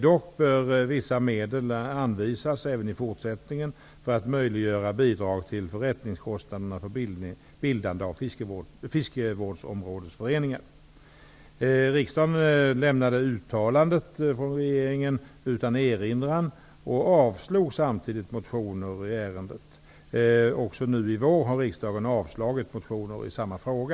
Dock bör vissa medel anvisas även i fortsättningen för att möjliggöra bidrag till förrättningskostnaderna för bildande av fiskevårdsområdesföreningar. Riksdagen lämnade uttalandet från regeringen utan erinran och avslog samtidigt motioner i ärendet. Också nu i vår har riksdagen avslagit motioner i samma fråga.